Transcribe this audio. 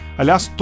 Aliás